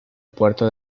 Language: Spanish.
puerto